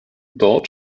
dort